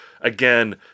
again